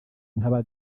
nk’aba